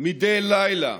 מדי לילה,